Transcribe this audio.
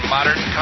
Modern